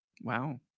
Wow